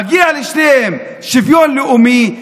מגיע לשניהם שוויון לאומי,